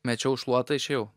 mečiau šluotą išėjau